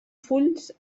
fulls